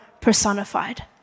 personified